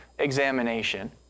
Examination